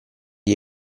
gli